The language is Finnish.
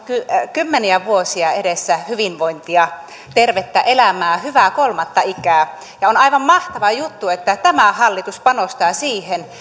kymmeniä vuosia edessä hyvinvointia tervettä elämää hyvää kolmatta ikää ja on aivan mahtava juttu että tämä hallitus panostaa siihen